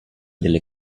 delle